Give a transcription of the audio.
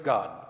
God